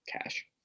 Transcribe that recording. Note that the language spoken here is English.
Cash